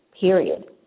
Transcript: period